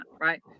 right